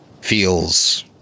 feels